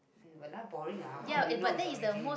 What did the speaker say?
!walao! boring ah how would you know its origin